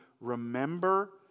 remember